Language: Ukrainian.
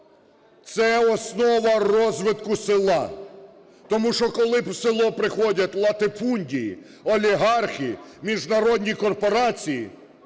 це основа розвитку села. Тому що, коли в село приходять латифундії, олігархи, міжнародні корпорації,